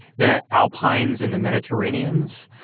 the alpines and the mediterraneans